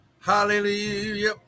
Hallelujah